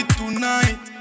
tonight